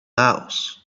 laos